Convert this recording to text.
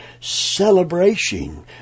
celebration